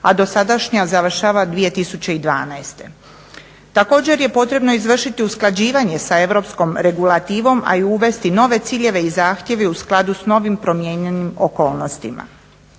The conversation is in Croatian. a dosadašnja završava 2012. Također je potrebno izvršiti usklađivanje sa europskom regulativom, a i uvesti nove ciljeve i zahtjeve u skladu s novim promijenjenim okolnostima.